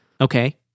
okay